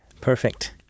perfect